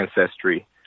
ancestry